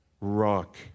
rock